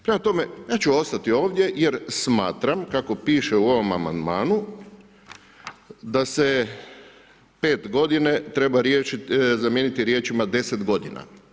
Prema tome ja ću ostati ovdje jer smatram kako piše u ovom amandmanu da se 5 godina treba zamijeniti riječima 10 godina.